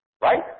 right